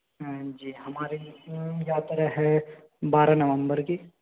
हाँ जी हमारी यात्रा है बारह नवंबर की